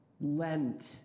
Lent